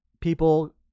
people